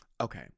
okay